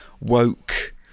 woke